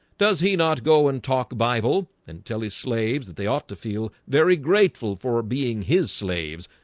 does he not go and talk bible and tell his slaves that they ought to feel very grateful for ah being his slaves?